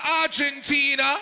Argentina